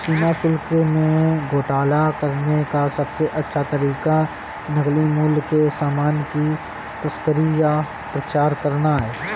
सीमा शुल्क में घोटाला करने का सबसे अच्छा तरीका नकली मूल्य के सामान की तस्करी या प्रचार करना है